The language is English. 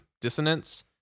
Dissonance